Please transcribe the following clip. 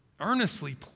earnestly